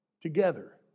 together